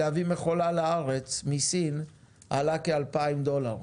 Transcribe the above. להביא מכולה מסין לארץ עלה כ-2,000 דולר.